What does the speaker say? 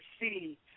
see